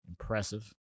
Impressive